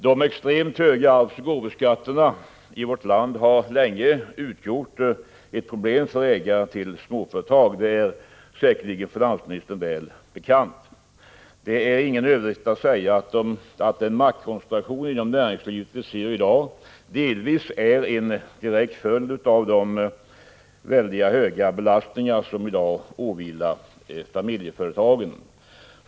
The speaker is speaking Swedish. De extremt höga arvsoch gåvoskatterna i vårt land har länge utgjort ett problem för ägare till småföretag — det är säkerligen finansministern väl bekant. Det är ingen överdrift att säga att den maktkoncentration inom näringslivet som vi ser i dag delvis är en följd av de oerhört höga belastningarna på familjeföretagen.